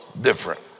different